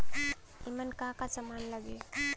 ईमन का का समान लगी?